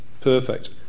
perfect